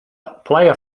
player